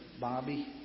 Bobby